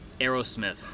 Aerosmith